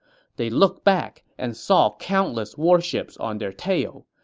they looked back and saw countless warships on their tail.